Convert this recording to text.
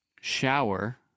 shower